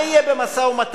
מה יהיה במשא-ומתן?